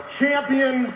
champion